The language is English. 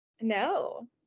No